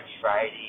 Friday